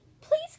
Please